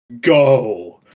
go